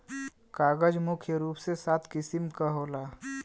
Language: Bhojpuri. कागज मुख्य रूप से सात किसिम क होला